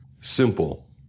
simple